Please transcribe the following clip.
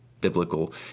biblical